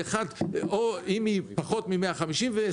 או למי שהוא פחות מ-150 ו-25.